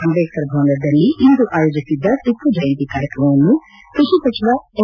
ಅಂಬೇಡ್ಕರ್ ಭವನದಲ್ಲಿ ಇಂದು ಆಯೋಜಿಸಿದ್ದ ಟಿಪ್ಪು ಜಯಂತಿ ಕಾರ್ಯಕ್ರಮವನ್ನು ಕೃಷಿ ಸಚಿವ ಎನ್